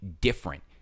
different